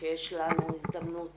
שיש לנו הזדמנות